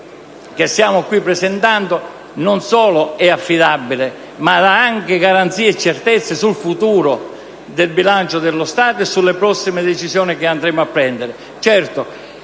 cui stiamo discutendo, non solo sono affidabili, ma danno anche garanzie e certezze sul futuro del bilancio dello Stato e sulle prossime decisioni che andremo ad assumere.